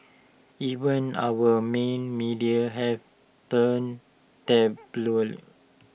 even our main media have turned tabloid